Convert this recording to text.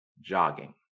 jogging